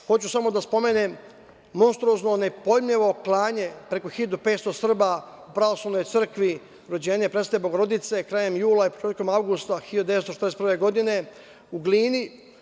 Hoću samo da spomenem monstruozno nepojmljivo klanje preko 1.500 Srba u pravoslavnoj crkve Rođenje presvete Bogorodice krajem jula i početkom avgusta 1941. godine u Glini.